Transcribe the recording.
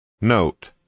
Note